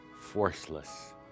forceless